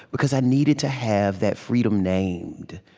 because i needed to have that freedom named.